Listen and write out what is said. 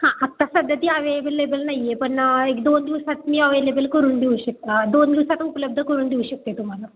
हां आत्ता सध्या ती अवेलेबलेबल नाही आहे पण एक दोन दिवसात मी अवेलेबल करून देऊ शक दोन दिवसात उपलब्ध करून देऊ शकते तुम्हाला